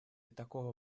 такого